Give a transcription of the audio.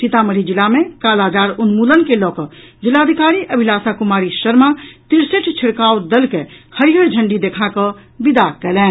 सीतामढ़ी जिला मे कालाजार उन्मूलन के लऽ कऽ जिलाधिकारी अभिलाषा कुमारी शर्मा तिरसठि छिड़काव दल के हरिहर झंडी देखा कऽ विदा कयलनि